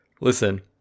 listen